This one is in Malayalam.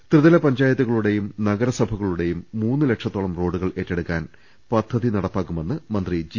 ത്രിതല പഞ്ചായത്തുകളുടെയും നഗരസഭകളുടെയും മൂന്നു ലക്ഷ ത്തോളം റോഡുകൾ ഏറ്റെടുക്കാൻ പദ്ധതി നടപ്പാക്കുമെന്ന് മന്ത്രി ജി